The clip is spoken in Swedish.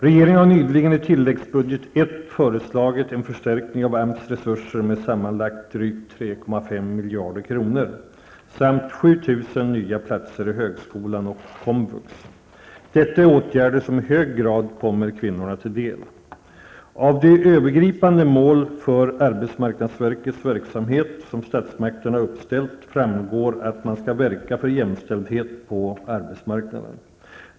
Regeringen har nyligen i tilläggsbudget I föreslagit en förstärkning av AMS resurser med sammanlagt drygt 3,5 miljarder kronor samt 7 000 nya platser i högskolan och komvux. Detta är åtgärder som i hög grad kommer kvinnorna till del. Av de övergripande mål för arbetsmarknadsverkets verksamhet som statsmakterna uppställt framgår att man skall verka för jämställdhet på arbetsmarknaden.